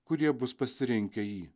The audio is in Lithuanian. kurie bus pasirinkę jį